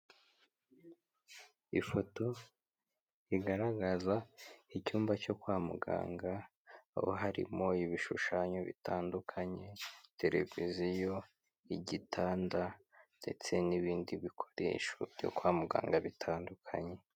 Ifoto igaragaza icyumba cyo kwa muganga, aho harimo ibishushanyo bitandukanye, televiziyo, igitanda ndetse n'ibindi bikoresho byo kwa muganga bitandukanye.